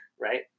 Right